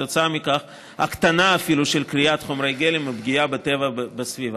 וכתוצאה מכך אפילו הקטנה של כריית חומרי גלם ופגיעה בטבע ובסביבה.